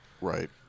Right